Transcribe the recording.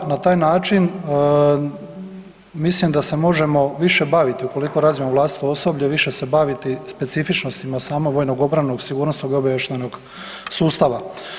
Na taj način mislim da se možemo više baviti ukoliko razvijemo vlastito osoblje, više se baviti specifičnostima samog vojnog-obrambenog-sigurnosnog-obavještajnog sustava.